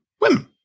women